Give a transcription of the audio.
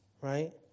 right